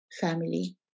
family